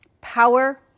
power